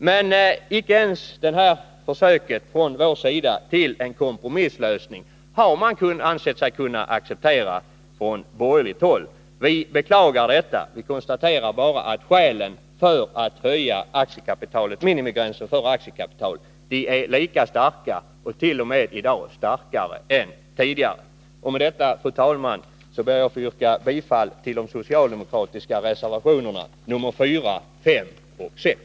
Men inte ens det här försöket från vår sida till en kompromisslösning har man ansett sig kunna acceptera från borgerligt håll. Vi beklagar detta. Vi konstaterar bara att skälen för att höja minimigränsen för aktiekapitalet är lika starka och t.o.m. starkare i dag än tidigare. Med detta, fru talman, ber jag att få yrka bifall till de socialdemokratiska reservationerna nr 4, 5 och 6.